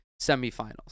Semifinals